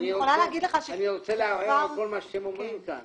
אני רוצה לערער על כל מה שאתם אומרים כאן